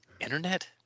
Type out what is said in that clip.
Internet